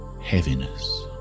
heaviness